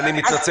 אני מתנצל,